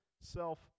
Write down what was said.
self